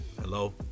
hello